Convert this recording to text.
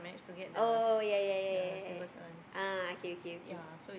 oh ya ya ya ya ya ah okay okay okay